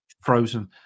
frozen